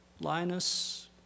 Linus